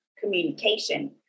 communication